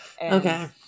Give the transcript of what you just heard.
Okay